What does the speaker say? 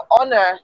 honor